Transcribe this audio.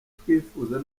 twifuza